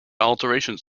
alterations